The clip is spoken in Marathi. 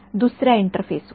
दुसर्या इंटरफेस वर